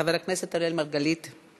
חבר הכנסת אראל מרגלית,